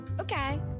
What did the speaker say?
okay